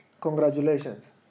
Congratulations